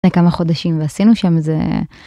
כמה חודשים ועשינו שם איזה.